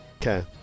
Okay